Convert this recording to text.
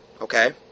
Okay